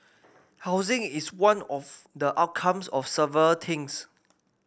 housing is one of the outcomes of several things